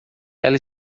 ela